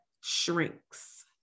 shrinks